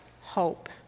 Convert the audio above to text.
hope